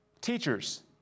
teachers